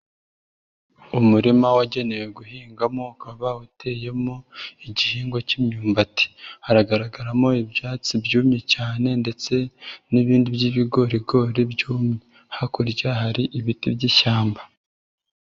Umurima wagenewe guhingamo ukaba uteyemo igihingwa k'imyumbati, haragaragaramo ibyatsi byumye cyane ndetse n'ibindi by'ibigorigori byumye, hakurya hari ibiti by'ishyamba.